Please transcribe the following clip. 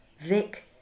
Vic